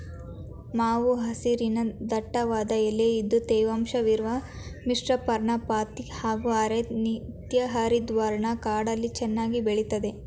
ಮಾವು ಹಸಿರಿನ ದಟ್ಟವಾದ ಎಲೆ ಇದ್ದು ತೇವಾಂಶವಿರುವ ಮಿಶ್ರಪರ್ಣಪಾತಿ ಹಾಗೂ ಅರೆ ನಿತ್ಯಹರಿದ್ವರ್ಣ ಕಾಡಲ್ಲಿ ಚೆನ್ನಾಗಿ ಬೆಳಿತದೆ